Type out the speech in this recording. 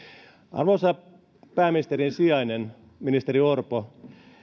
arvoisa pääministerin sijainen ministeri orpo